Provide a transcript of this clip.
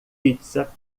pizza